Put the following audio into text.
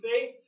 faith